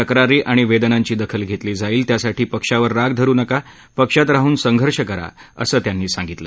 तक्रारी आणि वेदनांची दखल घेतली जाईल त्यासाठी पक्षावर राग धरु नका पक्षात राहून संघर्ष करा असं त्यांनी सांगितलं